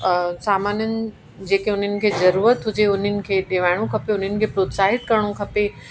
सामाननि जेके उन्हनि खे ज़रूरत हुजे उन्हनि खे ॾियणो खपे उन्हनि खे प्रोत्साहित करिणो खपे